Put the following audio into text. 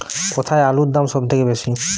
কোথায় আলুর দাম সবথেকে বেশি?